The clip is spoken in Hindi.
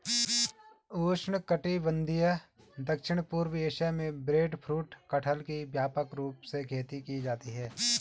उष्णकटिबंधीय दक्षिण पूर्व एशिया में ब्रेडफ्रूट कटहल की व्यापक रूप से खेती की जाती है